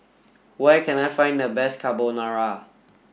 where can I find the best Carbonara